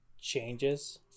changes